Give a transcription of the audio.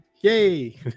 Yay